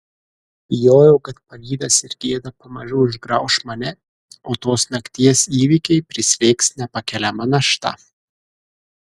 bijojau kad pavydas ir gėda pamažu užgrauš mane o tos nakties įvykiai prislėgs nepakeliama našta